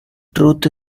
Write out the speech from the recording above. truth